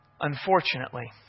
Unfortunately